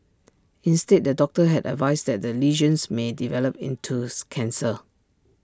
instead the doctor had advised that the lesions may develop into cancer